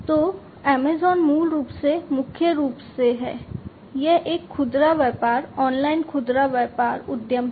तो अमेज़ॅन मूल रूप से मुख्य रूप से है यह एक खुदरा व्यापार ऑनलाइन खुदरा व्यापार उद्यम है